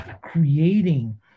creating